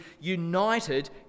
united